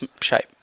shape